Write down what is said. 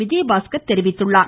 விஜயபாஸ்கர் தெரிவித்தார்